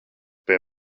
pie